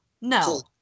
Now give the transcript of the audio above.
no